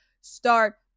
start